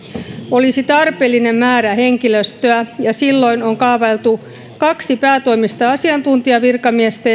olisi tarpeellinen määrä henkilöstöä ja silloin on kaavailtu kahta päätoimista asiantuntijavirkamiestä